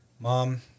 Mom